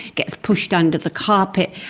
gets pushed under the carpet.